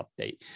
update